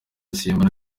simbona